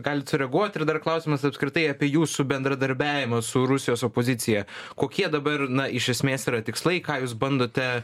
galit sureaguot ir dar klausimas apskritai apie jūsų bendradarbiavimą su rusijos opozicija kokie dabar na iš esmės yra tikslai ką jūs bandote